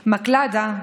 מקלדה,